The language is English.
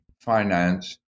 finance